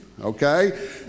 okay